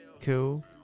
Cool